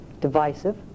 divisive